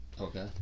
Okay